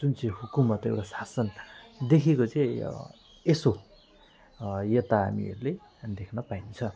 जुन चाहिँ हुकुमत एउटा शासन देखेको चाहिँ यसो यता हामीले देख्न पाइन्छ